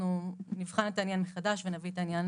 אנחנו נבחן את העניין מחדש ונביא את העניין